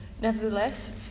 Nevertheless